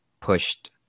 pushed